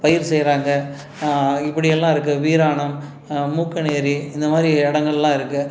பயிர் செய்கிறாங்க இப்படியெல்லாம் இருக்குது வீராணம் மூக்கனேரி இந்த மாதிரி இடங்கள்லாம் இருக்குது